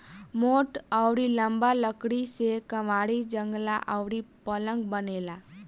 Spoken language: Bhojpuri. मोट अउरी लंबा लकड़ी से केवाड़ी, जंगला अउरी पलंग बनेला